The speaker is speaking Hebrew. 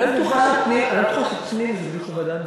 אני לא בטוחה שפנים זו בדיוק הוועדה הנכונה.